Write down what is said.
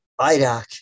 IDOC